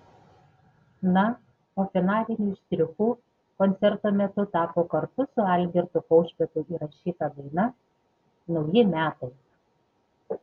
na o finaliniu štrichu koncerto metu tapo kartu su algirdu kaušpėdu įrašyta daina nauji metai